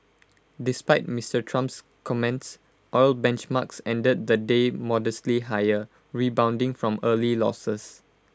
despite Mister Trump's comments oil benchmarks ended the day modestly higher rebounding from early losses